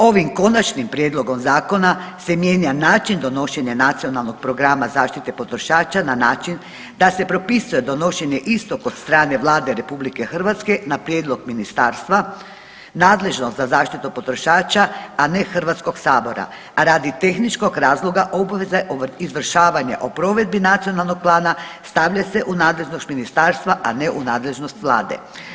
Ovim konačnim prijedlogom zakona se mijenja način donošenja Nacionalnog programa zaštite potrošača na način da se propisuje donošenje istog od strane Vlade RH na prijedlog ministarstva nadležnog za zaštitu potrošača, a ne HS, a radi tehničkog razloga obveza izvršavanja o provedbi nacionalnog plana stavlja se u nadležnost ministarstva, a ne u nadležnost vlade.